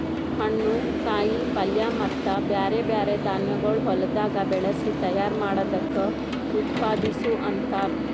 ಹಣ್ಣು, ಕಾಯಿ ಪಲ್ಯ ಮತ್ತ ಬ್ಯಾರೆ ಬ್ಯಾರೆ ಧಾನ್ಯಗೊಳ್ ಹೊಲದಾಗ್ ಬೆಳಸಿ ತೈಯಾರ್ ಮಾಡ್ದಕ್ ಉತ್ಪಾದಿಸು ಅಂತಾರ್